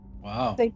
Wow